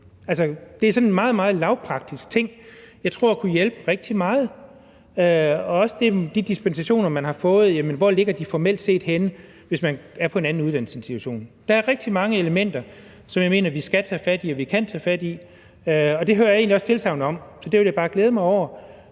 en meget, meget lavpraktisk ting, jeg tror kunne hjælpe rigtig meget, også i forhold til hvor de dispensationer, man har fået, formelt set ligger henne, hvis man er på en anden uddannelsesinstitution. Der er rigtig mange elementer, som jeg mener vi skal tage fat i og kan tage fat i, og det hører jeg egentlig også tilsagn om. Så det vil jeg bare glæde mig over,